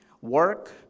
work